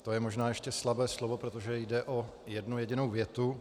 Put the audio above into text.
To je možná ještě slabé slovo, protože jde o jednu jedinou větu.